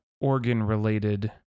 organ-related